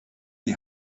die